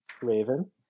Raven